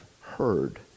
heard